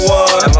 one